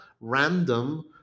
random